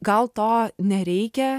gal to nereikia